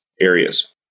areas